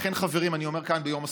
לכן, חברים, אני אומר כאן ביום הסטודנט: